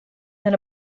than